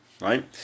right